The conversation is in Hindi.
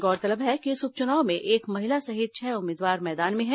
गौरतलब है कि इस उप चुनाव में एक महिला सहित छह उम्मीदवार मैदान में हैं